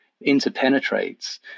interpenetrates